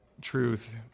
truth